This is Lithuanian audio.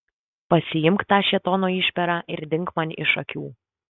pasiimk tą šėtono išperą ir dink man iš akių